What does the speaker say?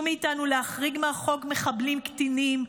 מאיתנו להחריג מהחוק מחבלים קטינים,